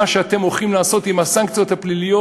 שאתם הולכים לעשות עם הסנקציות הפליליות,